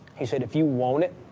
he said, if you want it,